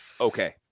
Okay